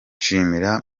nshimira